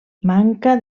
manca